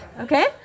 okay